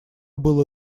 было